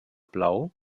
blau